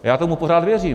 Já tomu pořád věřím.